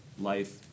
life